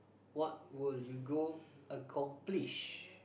what will you go accomplish